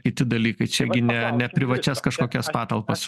kiti dalykai čia ne ne privačias kažkokias patalpas